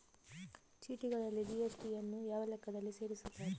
ಚೀಟಿಗಳಲ್ಲಿ ಜಿ.ಎಸ್.ಟಿ ಯನ್ನು ಯಾವ ಲೆಕ್ಕದಲ್ಲಿ ಸೇರಿಸುತ್ತಾರೆ?